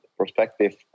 perspective